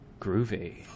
Groovy